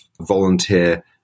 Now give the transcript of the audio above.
volunteer